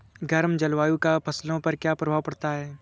गर्म जलवायु का फसलों पर क्या प्रभाव पड़ता है?